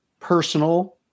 personal